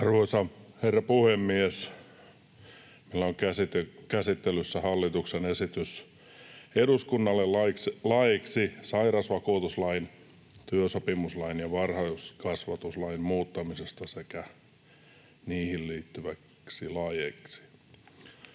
chairman_statement Section: 8 - Hallituksen esitys eduskunnalle laeiksi sairausvakuutuslain, työsopimuslain ja varhaiskasvatuslain muuttamisesta sekä niihin liittyviksi laeiksi